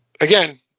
again